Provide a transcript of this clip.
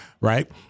right